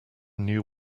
knew